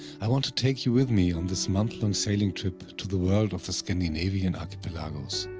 i want to take you with me on this monthlong sailing trip to the world of the scandinavian archipelagos.